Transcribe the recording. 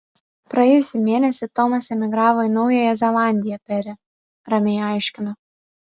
praėjusį mėnesį tomas emigravo į naująją zelandiją peri ramiai aiškinu